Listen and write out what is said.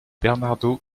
bernardo